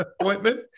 appointment